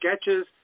sketches